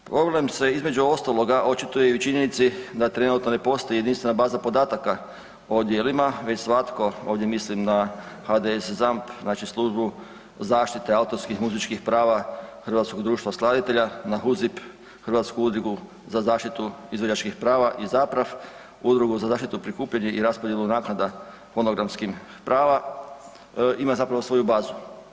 Ovo nam se između ostaloga očituje i u činjenici da trenutno ne postoji jedinstvena baza podataka o djelima već svatko, ovdje mislim na HDS i ZAMP, znači službu zaštite autorskih i muzičkih prava Hrvatskog društva skladatelja na HUZIP, Hrvatsku udrugu za zaštitu izvođačkih prava i ZAPRAV, Udrugu za zaštitu prikupljanja i raspodjelu naknada fonogramskih prava ima zapravo svoju bazu.